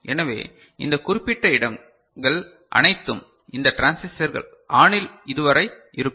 எனவே இந்த குறிப்பிட்ட இடங்கள் அனைத்தும் இந்த டிரான்சிஸ்டர்கள் ஆனில் இது வரை இருக்கும்